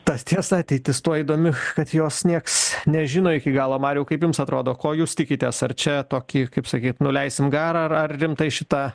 tas tiesa ateitis tuo įdomi kad jos nieks nežino iki galo mariau kaip jums atrodo ko jūs tikitės ar čia tokį kaip sakyt nuleisim garą ar ar rimtai šitą